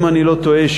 אם אני לא טועה,